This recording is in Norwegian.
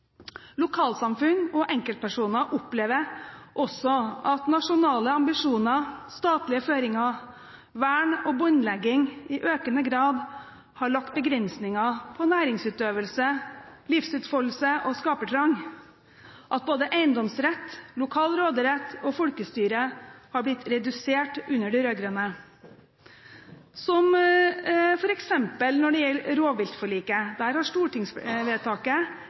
Lokalsamfunn og enkeltpersoner opplever også at nasjonale ambisjoner, statlige føringer, vern og båndlegging i økende grad har lagt begrensninger på næringsutøvelse, livsutfoldelse og skapertrang, og at både eiendomsrett, lokal råderett og folkestyre har blitt redusert under de rød-grønne – som f.eks. når det gjelder rovviltforliket. Der har stortingsvedtaket